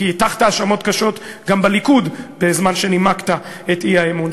כי הטחת האשמות קשות גם בליכוד בזמן שנימקת את האי-אמון,